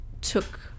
took